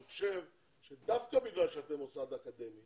אני חושב שדווקא בגלל שאתם מוסד אקדמי